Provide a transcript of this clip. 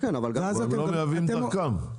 אבל הם לא מייבאים דרכם.